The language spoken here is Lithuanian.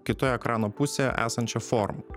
kitoje ekrano pusėje esančią formą